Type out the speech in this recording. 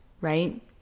right